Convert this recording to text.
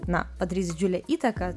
na padarys didžiulę įtaką